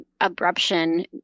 abruption